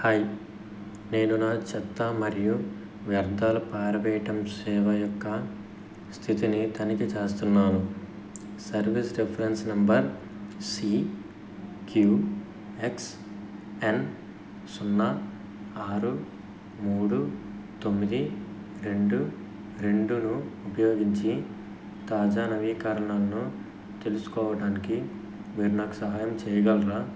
hi నేను నా చెత్తా మరియు వ్యర్థాల పారవెయ్యడం సేవ యొక్క స్థితిని తనిఖీ చేస్తున్నాను సర్వీస్ రిఫరెన్స్ నంబర్ సిక్యూఎక్స్ఎన్ సున్నా ఆరు మూడు తొమ్మిది రెండు రెండును ఉపయోగించి తాజా నవీకరణను తెలుసుకోవడానికి మీరు నాకు సహాయం చెయ్యగలరా